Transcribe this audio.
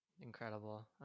incredible